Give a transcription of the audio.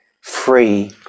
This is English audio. free